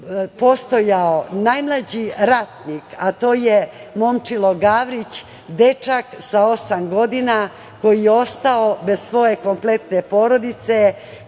postojao najmlađi ratnik, a to je Momčilo Gavrić, dečak sa osam godina koji je ostao bez svoje kompletne porodice,